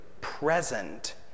present